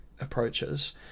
approaches